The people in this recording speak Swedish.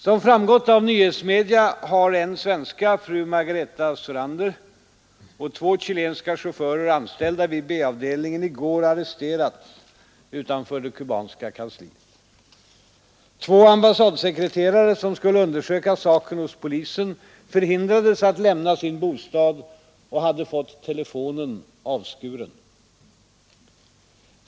Som framgått av nyhetsmedia har en svenska, fru Margareta Sourander, och två chilenska chaufförer, anställda vid B-avdelningen, i går arresterats utanför det kubanska kansliet. Två ambassadsekreterare, som skulle undersöka saken hos polisen, förhindrades att lämna sin bostad och hade fått telefonen avskuren.